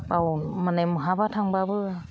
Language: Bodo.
बावा माने बहाबा थांबाबो